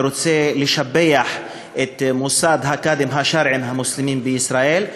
אני רוצה לשבח את מוסד הקאדים השרעיים המוסלמים בישראל,